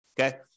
Okay